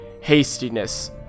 hastiness